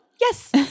Yes